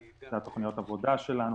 זה תוכניות העבודה שלנו,